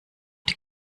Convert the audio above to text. die